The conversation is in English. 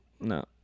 no